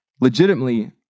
Legitimately